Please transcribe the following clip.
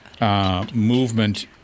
Movement